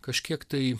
kažkiek tai